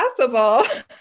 possible